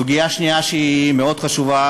סוגיה שנייה שהיא מאוד חשובה,